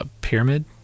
Pyramid